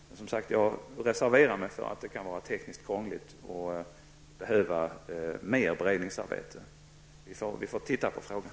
Men jag reserverar mig för att det kan vara tekniskt krångligt och kräva mer beredningsarbete. Vi får se på frågan.